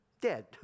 Dead